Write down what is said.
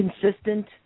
consistent